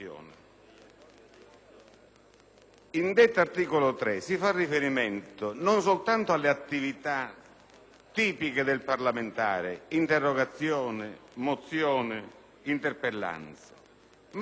In detto articolo 3 si fa riferimento non soltanto alle attività tipiche del parlamentare, quali le interrogazioni, le mozioni e le interpellanze, ma si dice